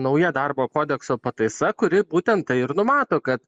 nauja darbo kodekso pataisa kuri būtent tai ir numato kad